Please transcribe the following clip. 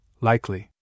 likely